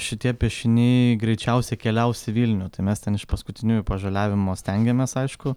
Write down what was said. šitie piešiniai greičiausiai keliaus į vilnių tai mes ten iš paskutiniųjų pažaliavimo stengiamės aišku